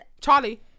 Charlie